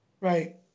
Right